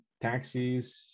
taxis